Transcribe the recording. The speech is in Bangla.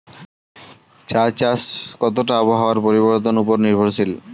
চা চাষ কতটা আবহাওয়ার পরিবর্তন উপর নির্ভরশীল?